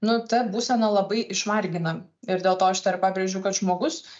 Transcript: nu ta būsena labai išvargina ir dėl to aš dar pabrėžiu kad žmogus